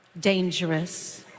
dangerous